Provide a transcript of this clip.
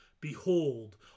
Behold